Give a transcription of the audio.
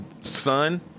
son